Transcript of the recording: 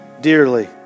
dearly